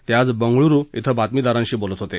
ते आज बंगळुरू श्वं बातमीदारांशी बोलत होते